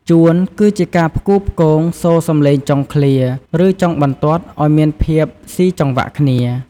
ជួន គឺជាការផ្គូផ្គងសូរសំឡេងចុងឃ្លា ឬចុងបន្ទាត់ឱ្យមានភាពស៊ីចង្វាក់គ្នា។